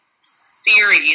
series